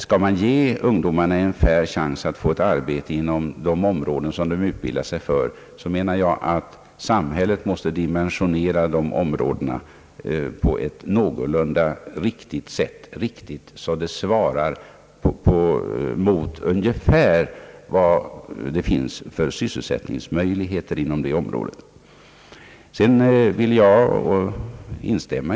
Skall man ge ungdomarna en fair chans att få arbete på sina områden, måste samhället dimensionera dessa på ett någorlunda riktigt sätt så att de ungefär svarar mot de sysselsättningsmöjligheter som finns.